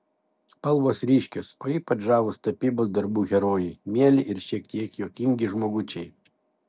spalvos ryškios o ypač žavūs tapybos darbų herojai mieli ir šiek tiek juokingi žmogučiai